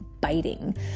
biting